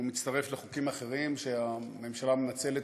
והוא מתווסף לחוקים אחרים שהממשלה מנצלת